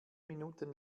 minuten